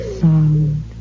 sound